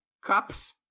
cups